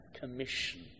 commission